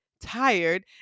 tired